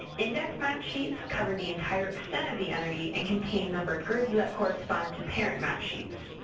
index map sheets cover the entire extent of the entity and contain numbered grids that correspond to parent map sheets.